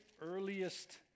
earliest